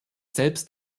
selbst